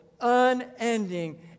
unending